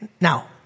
Now